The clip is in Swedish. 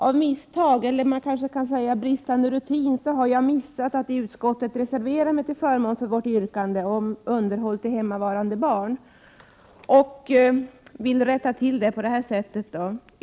Av misstag, eller kanske på grund av bristande rutin, har jag missat att i utskottet reservera mig till förmån för vårt yrkande om underhåll till icke hemmavarande barn. Jag vill rätta till det på det här viset.